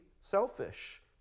selfish